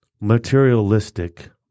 materialistic